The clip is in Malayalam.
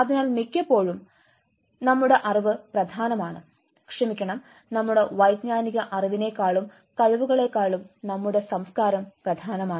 അതിനാൽ മിക്കപ്പോഴും മിക്കപ്പോഴും നമ്മുടെ അറിവ് പ്രധാനമാണ് ക്ഷമിക്കണം നമ്മുടെ വൈജ്ഞാനിക അറിവിനേക്കാളും കഴിവുകളേക്കാളും നമ്മുടെ സംസ്കാരം പ്രധാനമാണ്